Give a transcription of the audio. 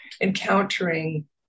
encountering